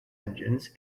engines